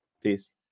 peace